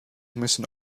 müssen